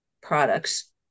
products